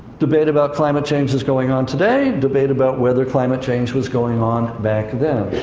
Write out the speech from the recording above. debate about climate change is going on today, debate about whether climate change was going on back then.